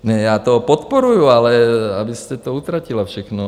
Ne, já to podporuji, ale abyste to utratila všechno.